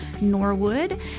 Norwood